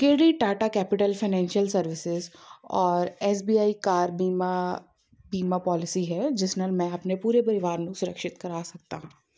ਕਿਹੜੀ Tata Capital Financial Services ਔਰ SBI car ਬੀਮਾ ਬੀਮਾ ਪਾਲਿਸੀ ਹੈ ਜਿਸ ਨਾਲ ਮੈਂ ਆਪਣੇ ਪੂਰੇ ਪਰਿਵਾਰ ਨੂੰ ਸੁਰਿਕਸ਼ਿਤ ਕਰਾ ਸਕਦਾ ਹਾਂ